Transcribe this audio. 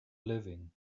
living